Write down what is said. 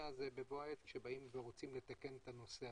הזה בבוא העת כשבאים ורוצים לתקן את הנושא,